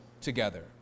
together